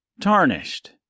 tarnished